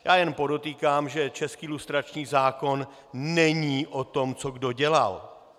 Já jen podotýkám, že český lustrační zákon není o tom, co kdo dělal.